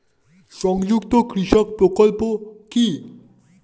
সংযুক্ত কৃষক প্রকল্প কি?